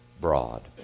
broad